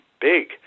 big